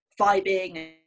vibing